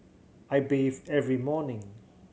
I bathe every morning